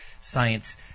science